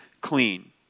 clean